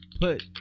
Put